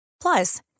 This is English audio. Plus